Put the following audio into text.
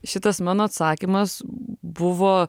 šitas mano atsakymas buvo